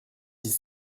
dix